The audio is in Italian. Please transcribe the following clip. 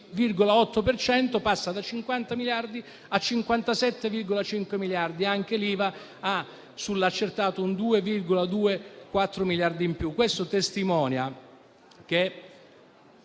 cento) passa da 50 miliardi a 57,5 miliardi. Anche l'IVA ha sull'accertato un 2,2, ossia 4 miliardi in più. Questo testimonia che,